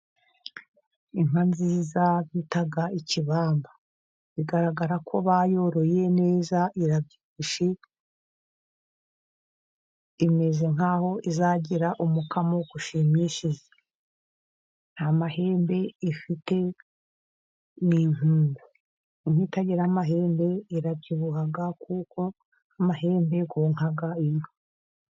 Inka nziza bita ikibamba. Bigaragara ko bayoroye neza irashimishije, imeze nk'aho izagira umukamo ushimishije. Nta mahembe ifite, ni inkungu. Inka itagira amahembe irabyibuha kuko amahembe yonka inka.